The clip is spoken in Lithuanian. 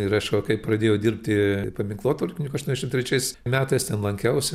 ir aš va kai pradėjau dirbti paminklotvarkininku aštuoniasdešim trečiais metais ten lankiausi